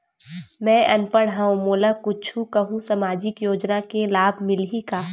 मैं अनपढ़ हाव मोला कुछ कहूं सामाजिक योजना के लाभ मिलही का?